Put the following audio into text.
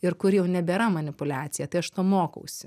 ir kur jau nebėra manipuliacija tai aš to mokausi